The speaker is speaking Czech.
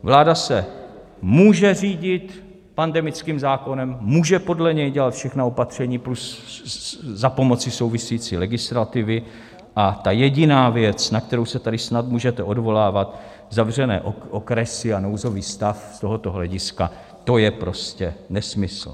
Vláda se může řídit pandemickým zákonem, může podle něj dělat všechna opatření plus za pomoci související legislativy, a ta jediná věc, na kterou se tady snad můžete odvolávat, zavřené okresy a nouzový stav (z) tohoto hlediska, to je prostě nesmysl.